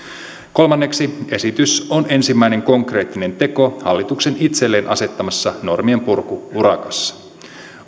kolmanneksi esitys on ensimmäinen konkreettinen teko hallituksen itselleen asettamassa normienpurku urakassa